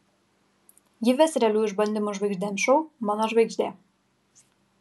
ji ves realių išbandymų žvaigždėms šou mano žvaigždė